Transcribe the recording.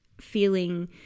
feeling